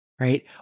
right